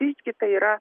visgi tai yra